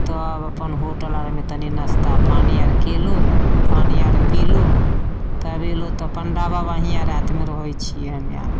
तब अपन होटल आरमे तनी नस्ता पानी आर केलहुॅं पानि आर पीलहुॅं तब एलहुॅं तऽ पण्डा बाबा हीयाँ रातिमे रहै छियै हम्मे आर